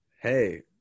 hey